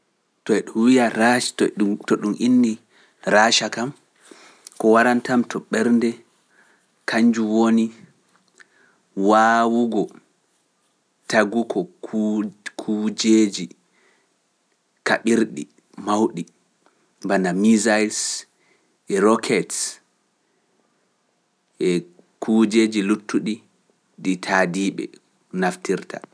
Dum wiya raaci to ɗum inni raaca kam ko warantam to ɓernde kañnju woni waawugo tagu ko kuujji kuujeji kaɓirɗi mawɗi bana misaise e roket e kuujeji luttuɗi ɗi taadiiɓe naftirta